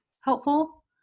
helpful